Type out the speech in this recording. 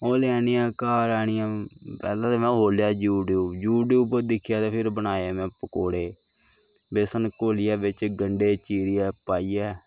ओह् लेई आनियै घर आनियै पैहलें ते में खोह्लेआ यूटयूब यूटयूब पर दिक्खेआ ते फिर बनाए में पकौड़े बेसन घोलियै बिच्च गंढे चीरियै पाइयै